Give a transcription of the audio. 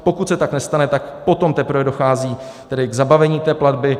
Pokud se tak nestane, tak potom teprve dochází k zabavení té platby.